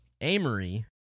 Amory